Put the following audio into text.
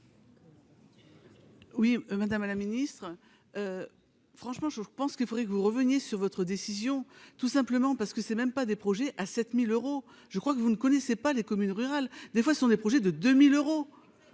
Oui, madame à la ministre, franchement, je pense qu'il faudrait que vous reveniez sur votre décision tout simplement parce que c'est même pas des projets à sept mille euros je crois que vous ne connaissez pas les communes rurales, des fois, ce sont des projets de de mille euros